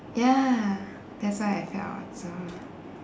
ya that's why I felt so